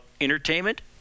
entertainment